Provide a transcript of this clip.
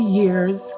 years